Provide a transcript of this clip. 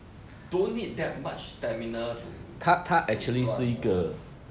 don't need that much stamina to to 管的